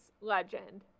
legend